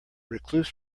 recluse